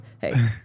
hey